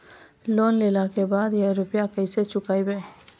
Loan लेला के बाद या रुपिया केसे चुकायाबो?